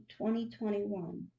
2021